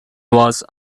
was